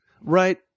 Right